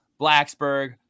Blacksburg